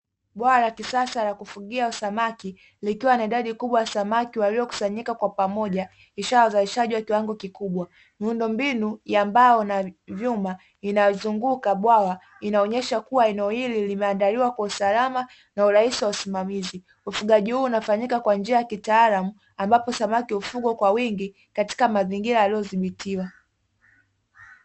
Bwawa la kisasa ya kufugia samaki likiwa na idadi kubwa ya samaki waliokusanyika kwa pamoja, ishara ya uzalishaji wa kiwango kikubwa. Miundombinu ya mbao na vyuma inazunguka bwawa inaonyesha kuwa eneo hili limeandaliwa kwa usalama na urahisi wa usimamizi. Ufugaji huu unafanyika kwa njia ya kitaalamu, ambapo samaki hufugwa kwa wingi katika mazingira aliyodhibitiwa.